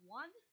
one